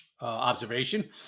observation